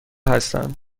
هستند